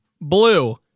blue